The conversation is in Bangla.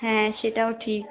হ্যাঁ সেটাও ঠিক